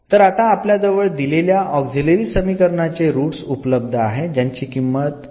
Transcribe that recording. तर आता आपल्या जवळ दिलेल्या ऑक्झिलरी समीकरणाचे रूट्स उपलब्ध आहेत ज्याची किंमत 2 आणि 3 आहे